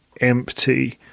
empty